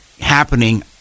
happening